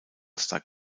star